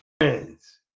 friends